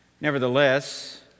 Nevertheless